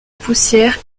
poussière